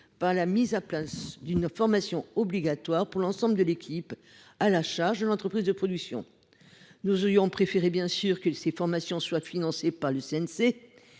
à la mise à place d’une formation obligatoire pour l’ensemble de l’équipe à la charge de l’entreprise de production. Nous aurions naturellement préféré que ces formations soient financées par le CNC,